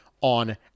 on